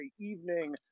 evening